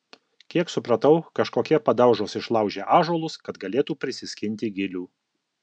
kiek supratau kažkokie padaužos išlaužė ąžuolus kad galėtų prisiskinti gilių